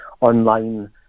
online